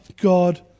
God